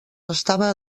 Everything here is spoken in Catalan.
estava